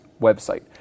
website